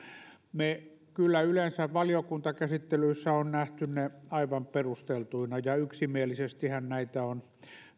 me kyllä yleensä valiokuntakäsittelyissä olemme nähneet ne aivan perusteltuina ja yksimielisestihän näitä on